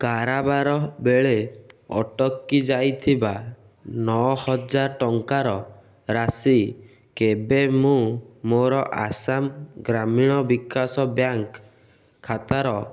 କାରବାର ବେଳେ ଅଟକି ଯାଇଥିବା ନଅ ହଜାର ଟଙ୍କାର ରାଶି କେବେ ମୁଁ ମୋର ଆସାମ ଗ୍ରାମୀଣ ବିକାଶ ବ୍ୟାଙ୍କ୍ ଖାତାର